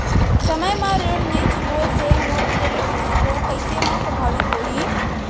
समय म ऋण नई चुकोय से मोर क्रेडिट स्कोर कइसे म प्रभावित होही?